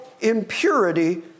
impurity